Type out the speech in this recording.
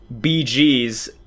bgs